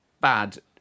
bad